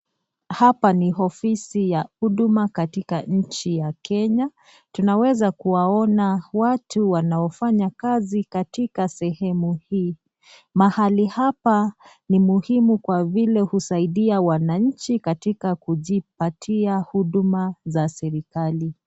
Hapa ni ofisi ya huduma katika nchi ya Kenya. Tunaweza kuwaona watu wanaofanyakazi katika sehemu hii. Mahali hapa ni muhimu kwa vile husaidia wananchi katika kujipatia huduma za serekali.